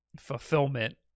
Fulfillment